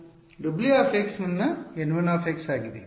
W ನನ್ನ N 1 ಆಗಿದೆ